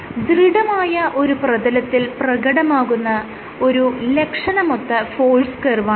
ദൃഢമായ ഒരു പ്രതലത്തിൽ പ്രകടമാകുന്ന ഒരു ലക്ഷണമൊത്ത ഫോഴ്സ് കർവാണിത്